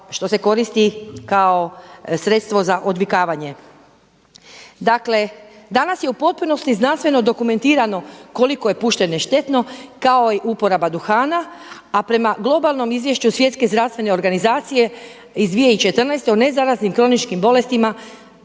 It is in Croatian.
što se koristi kao sredstvo za odvikavanje. Dakle danas je u potpunosti znanstveno dokumentirano koliko je pušenje štetno kao i uporaba duhana, a prema globalnom izvješću Svjetske znanstvene organizacije iz 2014. o ne zaraznim kroničnim bolestima